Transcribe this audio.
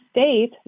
state